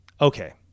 okay